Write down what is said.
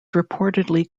reportedly